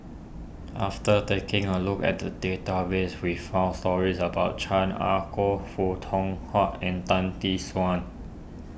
after taking a look at the database we found stories about Chan Ah Kow Foo Tong and Tan Tee Suan